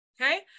Okay